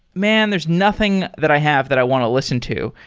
man! there's nothing that i have that i want to listen to.